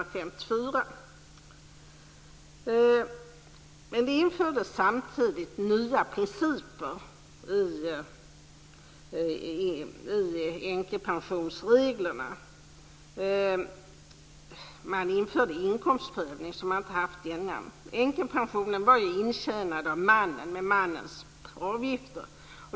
Samtidigt infördes nya principer i änkepensionsreglerna. Man införde inkomstprövning som inte hade funnits innan. Änkepensionen var intjänad av mannen genom hans avgifter.